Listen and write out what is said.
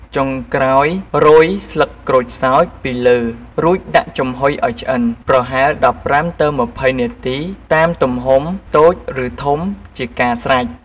ចុងក្រោយរោយស្លឹកក្រូចសើចពីលើ រួចដាក់ចំហុយឲ្យឆ្អិន ប្រហែល១៥ ទៅ២០នាទី តាមទំហំតូចឬធំ ជាការស្រេច។